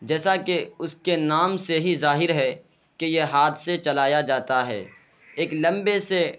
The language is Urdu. جیسا کہ اس کے نام سے ہی ظاہر ہے کہ یہ ہاتھ سے چلایا جاتا ہے ایک لمبے سے